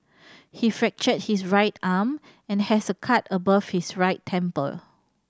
he fractured his right arm and has a cut above his right temple